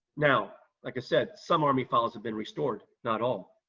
now, like i said, some army files have been restored, not all.